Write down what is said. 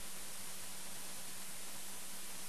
אני